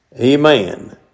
Amen